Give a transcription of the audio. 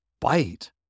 bite